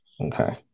okay